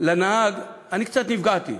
על הנהג אני קצת נפגעתי.